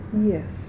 Yes